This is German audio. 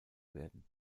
werden